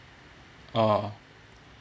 oh